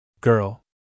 Girl